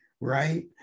right